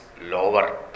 lower